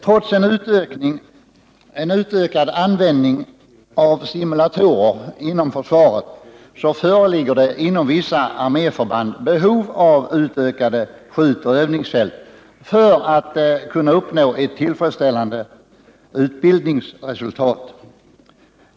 Trots en utökad användning av simulatorer inom försvaret föreligger det inom vissa arméförband behov av utökade skjutoch övningsfält för att kunna uppnå ett tillfredsställande utbildningsresultat.